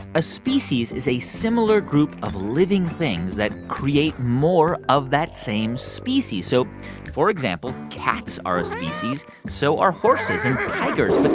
a species is a similar group of living things that create more of that same species. so for example, cats are a species. so are horses and tigers. but